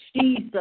Jesus